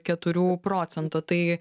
keturių procentų tai